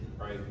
right